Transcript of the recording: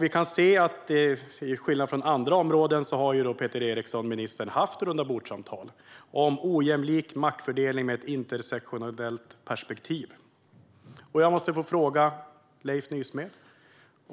Vi kan se att till skillnad från hur det är när det gäller andra områden har minister Peter Eriksson haft rundabordssamtal om ojämlik maktfördelning med ett intersektionellt perspektiv. Jag måste fråga Leif Nysmed: